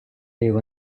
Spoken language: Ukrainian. його